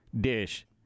DISH